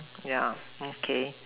yeah okay